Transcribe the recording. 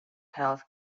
health